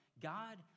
God